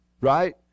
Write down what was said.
right